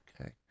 Okay